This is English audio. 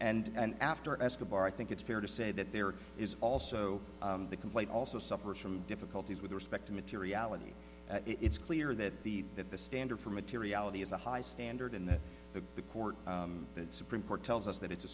there and after escobar i think it's fair to say that there is also the complaint also suffers from difficulties with respect to materiality it's clear that the that the standard for materiality is a high standard in that the the court the supreme court tells us that it's